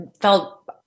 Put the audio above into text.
felt